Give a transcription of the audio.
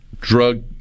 drug